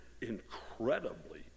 incredibly